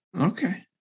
Okay